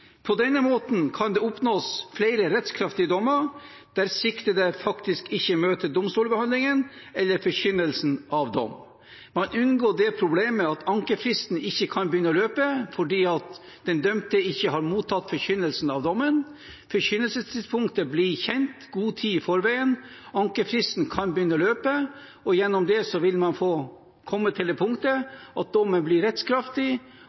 På denne måten kan det oppnås flere rettskraftige dommer der siktede faktisk ikke møter til domstolsbehandlingen eller forkynnelsen av dom. Man unngår det problemet at ankefristen ikke kan begynne å løpe fordi den dømte ikke har mottatt forkynnelsen av dommen. Forkynnelsestidspunktet blir kjent i god tid i forveien, ankefristen kan begynne å løpe, og gjennom det vil man komme til det punktet at dommen blir rettskraftig,